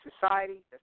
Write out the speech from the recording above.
Society